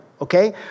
Okay